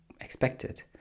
expected